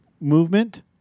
movement